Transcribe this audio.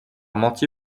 menti